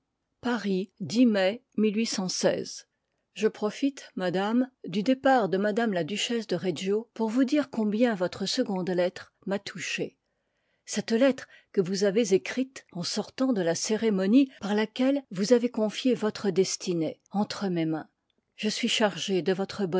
paris lo mai je profite madame du départ de m la duchesse de reggio pour vous dire combien votre seconde lettre m'a touché cette lettre que vous avez écrite en sortant de la cérémonie par laquelle vous avez confié votre destinée entre mes mains je suis chargé de votre